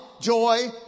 joy